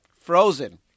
Frozen